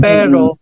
Pero